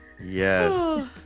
yes